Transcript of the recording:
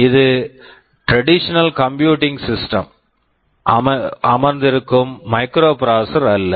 இது traditional computing system traditional computing system த்தினுள் அமர்ந்திருக்கும் மைக்ரோப்ராசசர் microprocessor அல்ல